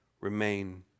remain